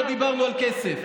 לא דיברנו על כסף.